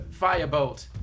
Firebolt